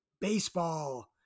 baseball